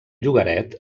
llogaret